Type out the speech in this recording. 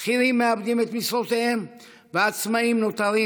שכירים מאבדים את משרותיהם ועצמאים נותרים